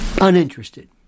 uninterested